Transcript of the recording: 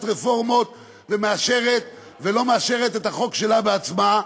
רפורמות ומאשרת ולא מאשרת את החוק שלה בעצמה.